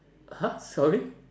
!huh! sorry